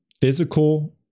physical